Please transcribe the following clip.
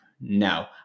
no